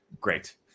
Great